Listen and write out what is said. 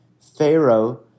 Pharaoh